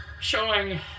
showing